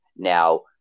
Now